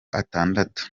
atandatu